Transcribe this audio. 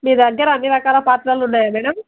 మీ దగర అన్ని రకాల పాత్రలు ఉన్నాయా మేడం